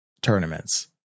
tournaments